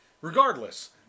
Regardless